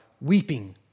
weeping